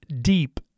deep